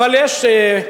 אבל יש,